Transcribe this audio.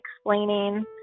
explaining